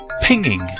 pinging